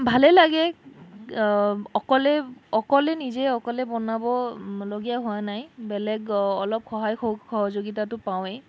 ভালেই লাগে অকলেই অকলে নিজে অকলে বনাব লগীয়া হোৱা নাই বেলেগ অলপ সহায় সহযোগিতাতো পাওঁৱেই